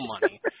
money